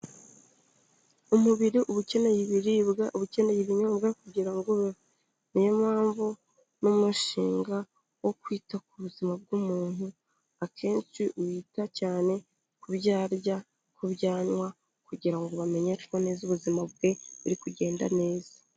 Umubiri uba ukeneye ibiribwa, uba ukeneye ibinyobwa kugira ngo niyo mpamvu n'umushinga wo kwita ku buzima bw'umuntu akenshi wita cyane kubo aryarya, kubyo anywa kugira ngo bamenyeshwe ko ubuzima bwe buri kugenda neza.